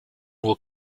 will